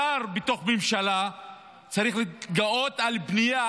שר בתוך ממשלה צריך להתגאות על בנייה,